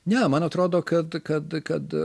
ne man atrodo kad kad kad